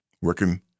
working